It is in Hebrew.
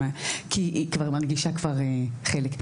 כי היא כבר מרגישה חלק.